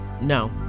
No